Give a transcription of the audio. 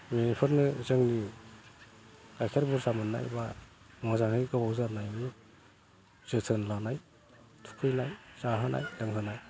बेफोरनो जोंनि गाइखेर बुरजा मोननाय बा मोजाङै गोबाव जानायनि जोथोन लानाय थुखैनाय जाहोनाय लोंहोनाय